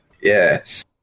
Yes